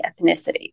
ethnicity